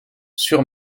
sur